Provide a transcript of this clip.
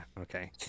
Okay